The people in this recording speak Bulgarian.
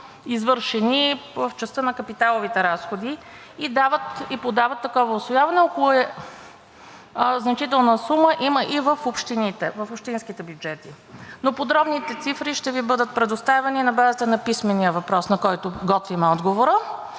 извършени в частта на капиталовите разходи, и подават такова усвояване, а значителна сума има и в общинските бюджети. Но подробните цифри ще Ви бъдат предоставени на базата на писмения въпрос, на който готвим отговора.